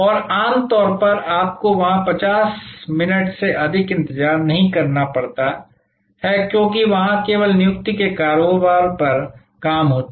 और आमतौर पर आपको वहां 50 मिनट से अधिक इंतजार नहीं करना पड़ता है क्योंकि वहां केवल नियुक्ति के कारोबार पर काम होता है